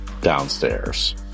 downstairs